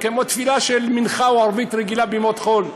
לתפילה של מנחה או ערבית רגילה ביום חול.